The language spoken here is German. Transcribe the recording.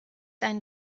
ein